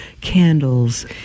candles